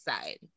side